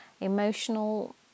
emotional